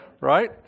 right